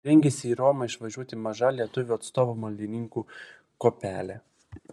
rengiasi į romą išvažiuoti maža lietuvių atstovų maldininkų kuopelė